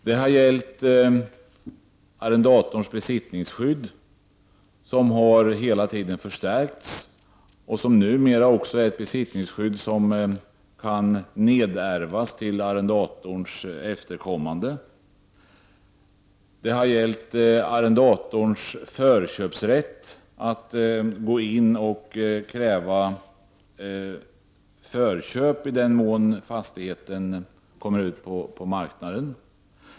Det har gällt arrendatorns besittningsskydd, som hela tiden har förstärkts och som numera också kan nedärvas till arrendatorns efterkommande. Det har gällt arrendatorns förköpsrätt, dvs. rätten att gå in och kräva förköp i den mån fastigheten kommer ut på marknaden.